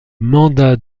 mandat